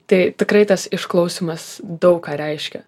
tai tikrai tas išklausymas daug ką reiškia